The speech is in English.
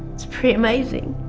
it's pretty amazing!